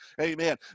Amen